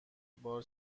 بار